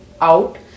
out